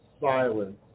silence